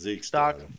stock